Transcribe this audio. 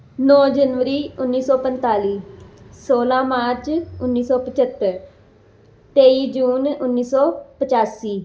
ਨੌ ਜਨਵਰੀ ਉੱਨੀ ਸੌ ਪੰਤਾਲੀ ਸੋਲਾਂ ਮਾਰਚ ਉੱਨੀ ਸੌ ਪਚੱਤਰ ਤੇਈ ਜੂਨ ਉੱਨੀ ਸੌ ਪਚਾਸੀ